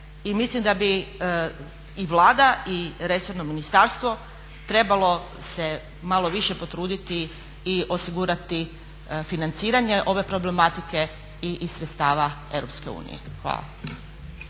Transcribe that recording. i mislim da bi i Vlada i resorno ministarstvo trebalo se malo više potruditi i osigurati financiranje ove problematike iz sredstava Europske